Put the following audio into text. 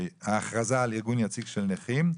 ההכרזה על ארגון יציג של נכים,